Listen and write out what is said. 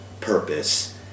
purpose